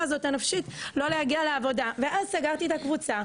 הזאת הנפשית לא להגיע לעבודה ואז סגרתי את הקבוצה,